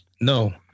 No